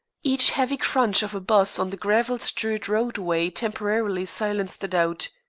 each heavy crunch of a bus on the gravel-strewed roadway temporarily silenced a doubt.